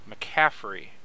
McCaffrey